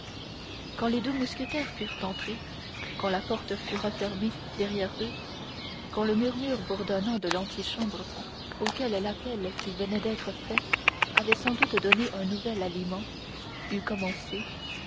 quand les deux mousquetaires furent entrés quand la porte fut refermée derrière eux quand le murmure bourdonnant de l'antichambre auquel l'appel qui venait d'être fait avait sans doute donné un nouvel aliment eut recommencé